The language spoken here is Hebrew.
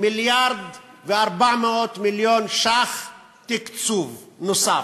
מיליארד ו-400 מיליון ש"ח תקצוב נוסף: